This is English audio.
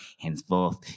henceforth